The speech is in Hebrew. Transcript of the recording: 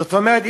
זאת אומרת,